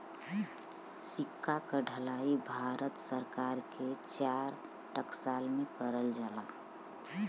सिक्का क ढलाई भारत सरकार के चार टकसाल में करल जाला